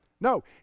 No